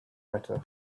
better